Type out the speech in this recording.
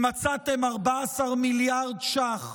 אם מצאתם 14 מיליארד ש"ח